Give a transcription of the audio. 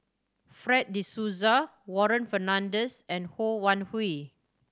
Fred De Souza Warren Fernandez and Ho Wan Hui